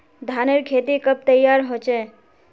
धानेर खेती कब तैयार होचे?